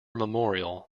memorial